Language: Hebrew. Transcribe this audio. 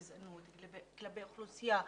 גזענות כלפי אוכלוסייה ספציפית,